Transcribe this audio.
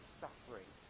suffering